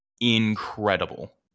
incredible